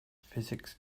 physics